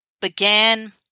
began